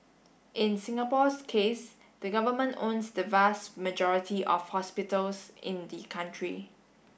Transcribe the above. in Singapore's case the government owns the vast majority of hospitals in the country